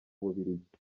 bubiligi